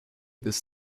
this